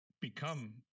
become